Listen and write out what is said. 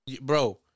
Bro